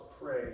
pray